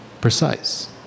precise